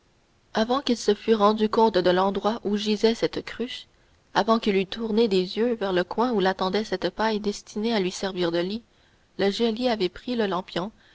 avant qu'il se fût rendu compte de l'endroit où gisait cette cruche avant qu'il eût tourné les yeux vers le coin où l'attendait cette paille destinée à lui servir de lit le geôlier avait pris le lampion